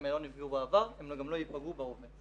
האלה לא נפגעו בעבר והם גם לא ייפגעו בהווה.